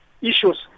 issues